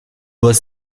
boss